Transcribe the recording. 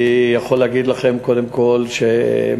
אני יכול להגיד לכם קודם כול שמבחינתי,